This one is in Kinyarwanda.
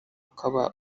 ukaba